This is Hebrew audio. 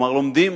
כלומר לומדים